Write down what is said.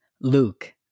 Luke